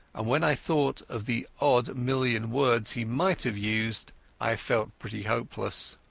and when i thought of the odd million words he might have used i felt pretty hopeless.